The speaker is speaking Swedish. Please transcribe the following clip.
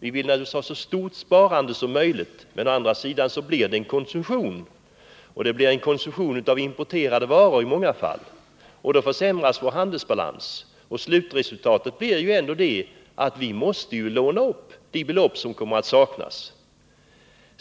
Vi vill naturligtvis ha ett så stort sparande som möjligt, men å andra sidan får vi också räkna med att det blir en ökad konsumtion, och den kommer att utgöras av importerade varor i många fall. Därmed försämras vår handelsbalans. Slutresultatet blir ju ändå att vi måste låna upp de belopp som kommer att saknas.